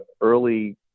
early